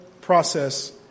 process